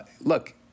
Look